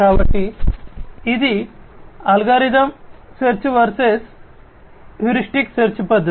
కాబట్టి ఇది algorithmic search versus heuristic search పద్ధతి